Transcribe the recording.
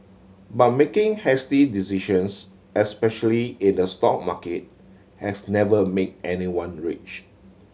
but making hasty decisions especially in the stock market has never made anyone rich